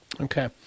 okay